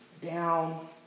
down